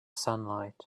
sunlight